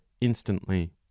instantly